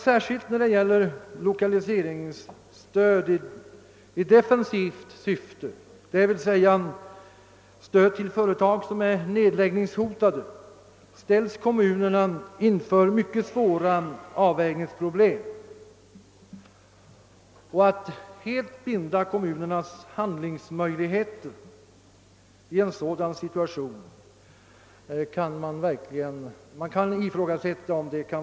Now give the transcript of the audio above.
Särskilt när det gäller lokaliseringsstöd i defensivt syfte, d. v. s. stöd till företag som är nedläggningshotade, ställes kommunerna inför mycket svåra avvägningsproblem, och man kan som sagt ifrågasätta, om det är riktigt att i en sådan situation helt binda kommunernas handlingsmöjligheter.